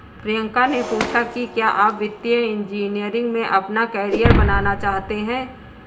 प्रियंका ने पूछा कि क्या आप वित्तीय इंजीनियरिंग में अपना कैरियर बनाना चाहते हैं?